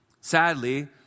Sadly